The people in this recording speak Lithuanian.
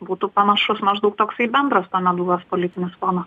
būtų panašus maždaug toksai bendras tanablunas politinis fonas